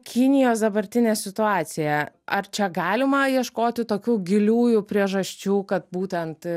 kinijos dabartinė situacija ar čia galima ieškoti tokių giliųjų priežasčių kad būtent